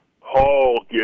Paul